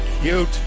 cute